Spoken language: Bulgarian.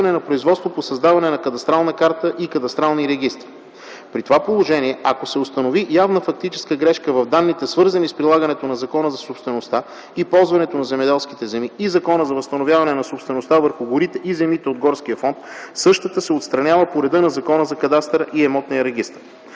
на производство по създаване на кадастрална карта и кадастрални регистри. При това положение, ако се установи явна фактическа грешка в данните, свързани с прилагането на Закона за собствеността и ползването на земеделските земи и Закона за възстановяване на собствеността върху горите и земите от горския фонд, същата се отстранява по реда на Закона за кадастъра и имотния регистър.